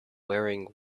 wearing